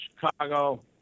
Chicago